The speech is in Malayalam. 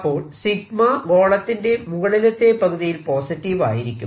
അപ്പോൾ 𝜎 ഗോളത്തിന്റെ മുകളിലത്തെ പകുതിയിൽ പോസിറ്റീവ് ആയിരിക്കും